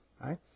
right